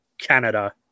Canada